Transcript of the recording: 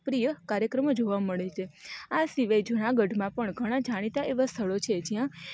પ્રિય કાર્યક્રમો જોવા મળે છે આ સિવાય જૂનાગઢમાં પણ ઘણા જાણીતા એવા સ્થળો છે જ્યાં